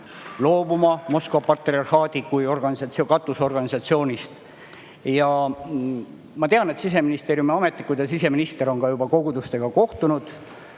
loobuma Moskva patriarhaadist kui katusorganisatsioonist. Ma tean, et Siseministeeriumi ametnikud ja siseminister on kogudustega kohtunud.